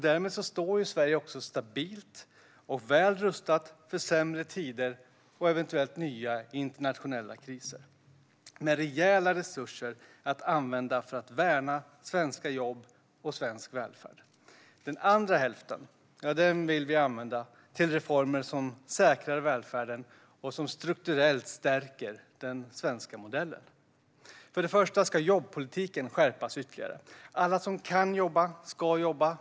Därmed står Sverige stabilt och väl rustat för sämre tider och eventuellt nya internationella kriser, med rejäla resurser att använda för att värna svenska jobb och svensk välfärd. Den andra hälften vill vi använda till reformer som säkrar välfärden och som strukturellt stärker den svenska modellen. För det första ska jobbpolitiken skärpas ytterligare. Alla som kan jobba ska jobba.